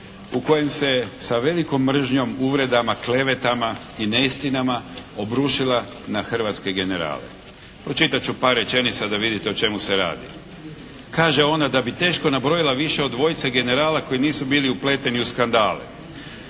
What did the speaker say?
u kojem se sa velikom mržnjom, uvredama, klevetama i neistinama obrušila na hrvatske generale. Pročitat ću par rečenica da vidite o čemu se radi. Kaže ona da bi teško nabrojila više od dvojice generala koji nisu bili upleteni u skandale,